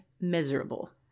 miserable